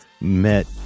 met